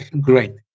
great